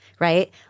Right